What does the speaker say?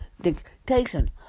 dictation